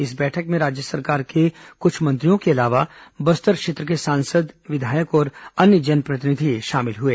इस बैठक में राज्य सरकार के कुछ मंत्रियों के अलावा बस्तर क्षेत्र के सांसद विधायक और अन्य जनप्रतिनिधि शामिल हुए